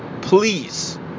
Please